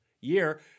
year